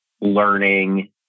learning